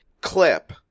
clip